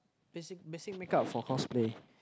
basic mixing make up for cosplay